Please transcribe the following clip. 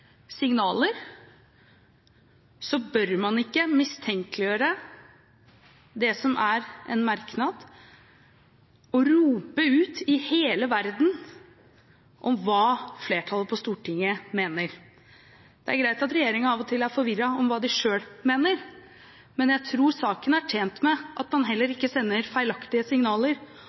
bør man ikke mistenkeliggjøre det som står i en merknad, og rope ut i hele verden hva flertallet på Stortinget mener. Det er greit at regjeringen av og til er forvirret når det gjelder hva de selv mener, men jeg tror saken er tjent med at man heller